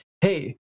hey